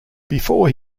before